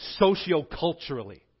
socioculturally